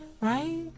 right